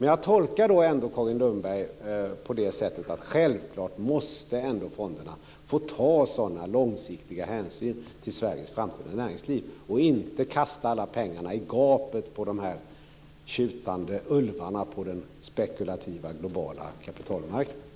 Jag tolkar ändå Carin Lundberg så att fonderna självklart måste få ta sådana långsiktiga hänsyn till Sveriges framtida näringsliv och inte kasta pengarna i gapet på de tjutande ulvarna på den spekulativa globala kapitalmarknaden.